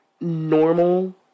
normal